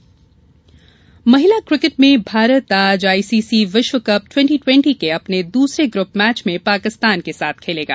टुवेटी twenty महिला cricket में भारत आज आईसीसी विश्व कप ट्वेंटी ट्वेंटी के अपने दूसरे ग्रूप मैच में पाकिस्तान से खेलेगा